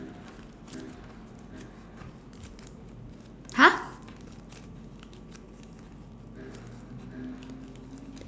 !huh!